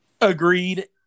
Agreed